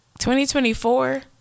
2024